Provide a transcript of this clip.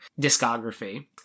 discography